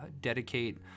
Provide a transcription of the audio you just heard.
dedicate